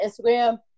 Instagram